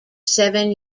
seven